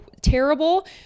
terrible